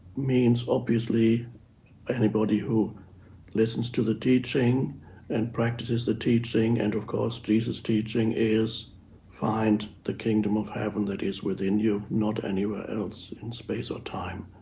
means obviously anybody who listens to the teaching and practices the teaching. and of course jesus' teaching is find the kingdom of heaven that is within you, not anywhere else in space or time.